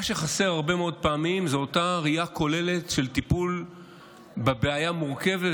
מה שחסר הרבה מאוד פעמים זה אותה ראייה כוללת של טיפול בבעיה המורכבת,